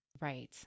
Right